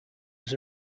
was